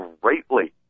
greatly